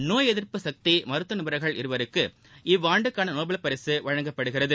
நோய் எதிர்ப்பு சக்தி மருத்துவ நிபுணர்கள் இருவருக்கு இவ்வாண்டுக்கான நோபல் பரிசு வழங்கப்படுகிறது